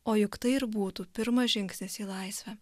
o juk tai ir būtų pirmas žingsnis į laisvę